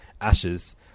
ashes